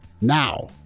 now